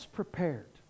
prepared